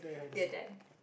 we are done